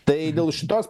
tai dėl šitos